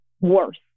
worse